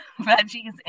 veggies